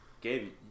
Gabe